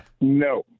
No